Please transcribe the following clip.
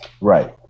Right